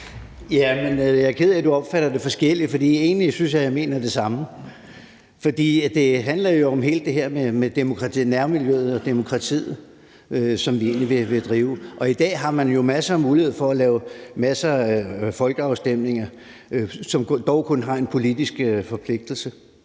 Jeg er ked af, at du opfatter det forskelligt, for jeg synes egentlig, jeg mener det samme. Det handler jo om hele det her med nærmiljøet og demokratiet, som vi vil drive, og man har jo i dag masser af muligheder for at lave folkeafstemninger, som dog kun har en politisk forpligtelse.